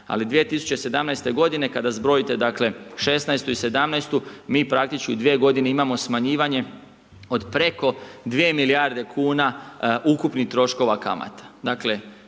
ali 2017. kada zbrojite dakle 2016. i 2017. mi praktički u 2 godine imamo smanjivanje od preko 2 milijarde kuna ukupnih troškova kamata.